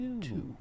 two